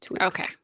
Okay